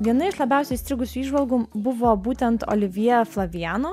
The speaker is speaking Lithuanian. viena iš labiausiai įstrigusių įžvalgų buvo būtent olivier flaviano